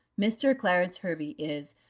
mr. clarence hervey is,